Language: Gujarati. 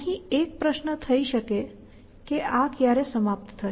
અહીં એક પ્રશ્ન થઇ શકે કે આ ક્યારે સમાપ્ત થશે